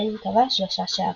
בהן כבש שלושה שערים.